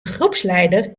groepsleider